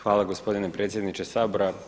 Hvala gospodine predsjedniče Sabora.